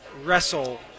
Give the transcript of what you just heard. wrestle